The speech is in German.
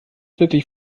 wirklich